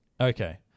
Okay